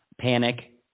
panic